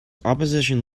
opposition